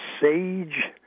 sage